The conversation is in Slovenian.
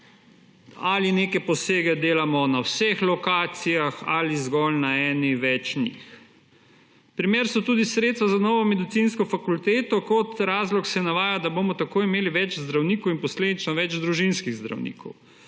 ali neke posege delamo na vseh lokacijah ali zgolj na eni več njih. Primer so tudi sredstva za novo medicinsko fakulteto. Kot razlog se navaja, da bomo tako imeli več zdravnikov in posledično več družinskih zdravnikov.